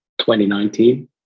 2019